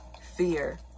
Fear